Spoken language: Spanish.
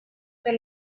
que